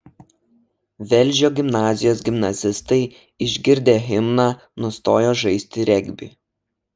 velžio gimnazijos gimnazistai išgirdę himną nustojo žaisti regbį